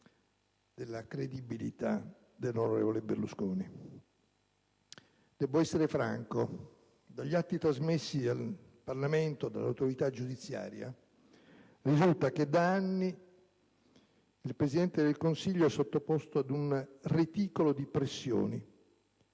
della credibilità dell'onorevole Berlusconi. Debbo essere franco. Dagli atti trasmessi al Parlamento dall'autorità giudiziaria risulta che da anni il Presidente del Consiglio dei ministri è sottoposto ad un reticolo di pressioni,